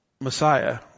Messiah